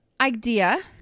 idea